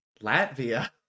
Latvia